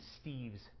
Steve's